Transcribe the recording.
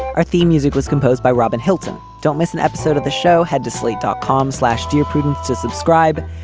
our theme music was composed by robin hilton. don't miss an episode of the show. head to slate dot com, slash dear prudence to subscribe.